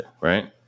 right